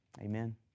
amen